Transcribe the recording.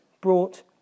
brought